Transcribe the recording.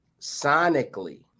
sonically